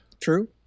True